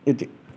इति